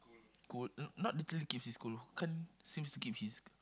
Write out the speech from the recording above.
cool n~ not literally keep his cool can't seems to keep his